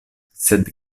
sed